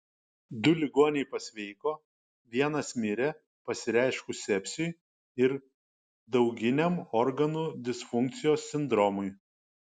du ligoniai pasveiko vienas mirė pasireiškus sepsiui ir dauginiam organų disfunkcijos sindromui